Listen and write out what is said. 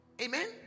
Amen